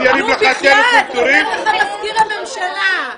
אם ירים לך טלפון, תוריד?